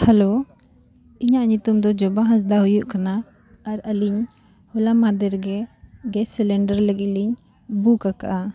hello ᱤᱧᱟᱹᱜ ᱧᱩᱛᱩᱢ ᱫᱚ ᱡᱚᱵᱟ ᱦᱟᱸᱥᱫᱟ ᱦᱩᱭᱩᱜ ᱠᱟᱱᱟ ᱟᱨ ᱟᱹᱞᱤᱧ ᱦᱚᱞᱟ ᱢᱟᱫᱮᱨ ᱜᱮᱥ ᱥᱤᱞᱤᱱᱰᱟᱨ ᱞᱟᱹᱜᱤᱫ ᱞᱤᱧ ᱵᱩᱠ ᱟᱠᱟᱫᱼᱟ